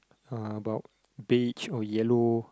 uh about beige or yellow